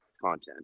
content